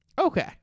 okay